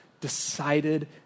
decided